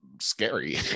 scary